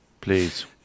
please